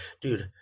dude